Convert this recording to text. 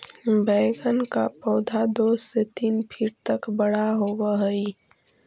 बैंगन का पौधा दो से तीन फीट तक बड़ा होव हई